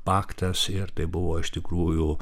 paktas ir tai buvo iš tikrųjų